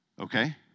Okay